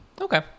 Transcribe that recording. Okay